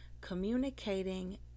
Communicating